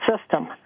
system